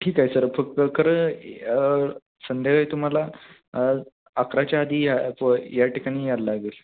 ठीक आहे सर फक्त खरं संध्याकाळी तुम्हाला अकराच्या आधी या पो या ठिकाणी यायला लागेल